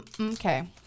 okay